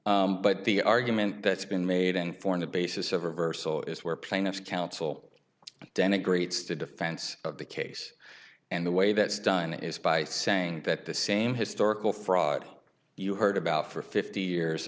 but the argument that's been made and form the basis of reversal is where plaintiffs counsel denigrates to defense of the case and the way that's done is by saying that the same historical fraud you heard about for fifty years